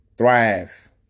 thrive